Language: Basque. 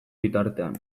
bitartean